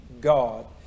God